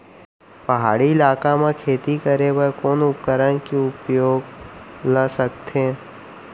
पहाड़ी इलाका म खेती करें बर कोन उपकरण के उपयोग ल सकथे?